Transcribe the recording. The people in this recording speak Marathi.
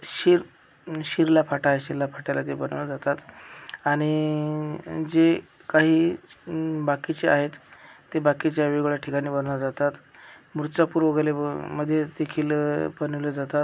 शिर शिरला फाटा आय शिरला फाट्याला ते बनवल्या जातात आणि जे काही बाकीचे आहेत ते बाकीच्या वेगवेगळ्या ठिकाणी बनवल्या जातात मुर्चापूर वगैरे मध्ये देखील बनवल्या जातात